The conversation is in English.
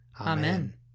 Amen